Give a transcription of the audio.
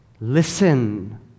Listen